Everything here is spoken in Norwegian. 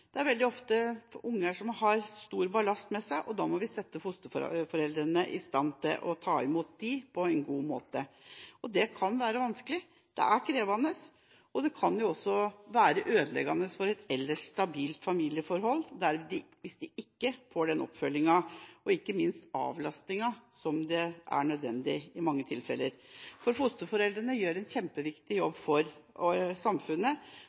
Det er veldig ofte unger som har stor ballast med seg. Da må man sette fosterforeldrene i stand til å ta imot dem på en god måte. Det kan være vanskelig, det er krevende, og det kan være ødeleggende for et ellers stabilt familieforhold hvis man ikke får den oppfølgingen, og ikke minst avlastningen, som er nødvendig i mange tilfeller. Fosterforeldrene gjør en kjempeviktig jobb for samfunnet. Da skylder vi dem å gjøre den veien og